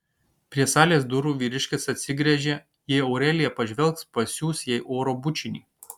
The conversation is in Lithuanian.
prie salės durų vyriškis atsigręžė jei aurelija pažvelgs pasiųs jai oro bučinį